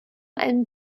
einen